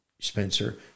Spencer